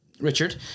Richard